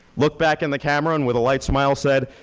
looked back in the camera and with a light smile said,